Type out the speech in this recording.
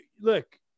look